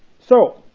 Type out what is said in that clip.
so,